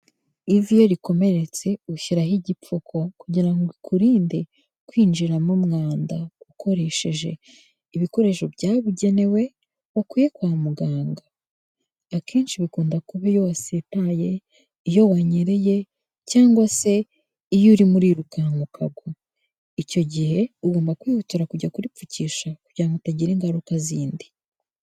Ivi iyo rikomeretse ushyiraho igipfuko kugira ngo ikurinde kwinjiramo umwanda ukoresheje ibikoresho byabugenewe wakuye kwa muganga, akenshi bikunda kuba iyo wasitaye, iyo wanyereye cyangwa se iyo urimo urirukanka ukagwa, icyo gihe ugomba kwihutira kujya kuripfukisha kugira ngo utagira ingaruka zindi.